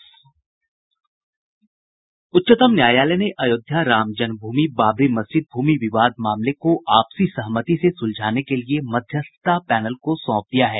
उच्चतम न्यायालय ने अयोध्या राम जन्मभूमि बाबरी मस्जिद भूमि विवाद मामले को आपसी सहमति से सुलझाने के लिए मध्यस्थता पैनल को सौंप दिया है